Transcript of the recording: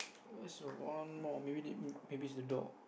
where's the one more maybe need maybe is the door